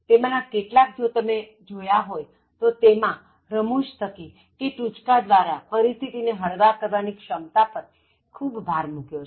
તેમાના કેટલાક જો તમે જોયા હોય તો મેં તેમાં રમૂજ થકી કે ટૂચકા દ્વારા પરિસ્થિતિ ને હળવી કરવા ની ક્ષમતા પર ખૂબ ભાર મૂક્યો છે